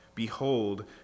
Behold